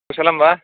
कुशलं वा